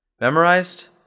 Memorized